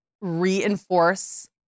reinforce